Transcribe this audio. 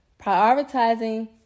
prioritizing